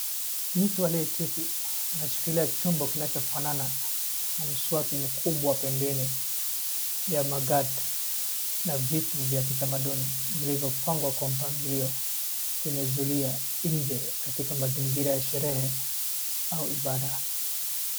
Mtu anayeketi anashikilia chombo kinachofanana na mswaki mkubwa pembeni ya maganda na vitu vya kitamaduni vilivyo pangwa kwa mpangilio kwenye zuria nje katika mazingira ya sherehe au ibada.